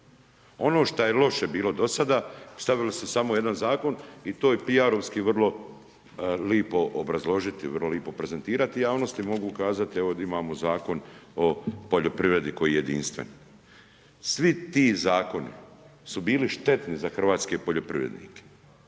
Ono šta je loše bilo do sada, stavili su samo u jedan zakon i to je PR-ovski vrlo lijepo obrazložiti, vrlo lijepo prezentirati a javnosti mogu kazati da imamo Zakon o poljoprivredi koji je jedinstven. Svi ti zakoni su bili štetni za hrvatske poljoprivrednike.